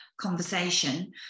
conversation